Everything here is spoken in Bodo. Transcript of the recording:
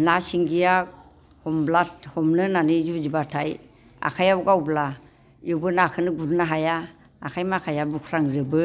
ना सिंगिया हमब्ला हमनो होननानै जुजिब्लाथाय आखाइआव गावब्ला इयावबो नाखोनो गुरनो हाया आखाइ माखाया बुख्रांजोबो